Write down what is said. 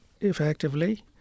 effectively